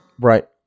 Right